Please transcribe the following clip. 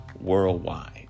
worldwide